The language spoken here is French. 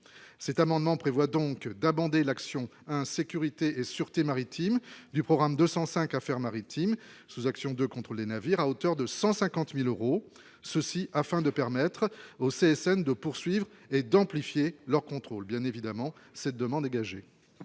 cet amendement prévoit donc d'abonder l'action sécurité et sûreté maritimes du programme 205 affaires maritimes sous-actions de contrôle des navires à hauteur de 150000 euros, ceci afin de permettre au CSN de poursuivre et d'amplifier leur contrôle bien évidemment cette demande.